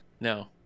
no